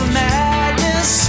madness